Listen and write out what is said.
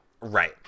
Right